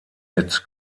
mit